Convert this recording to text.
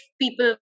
people